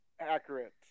Accurate